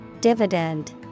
Dividend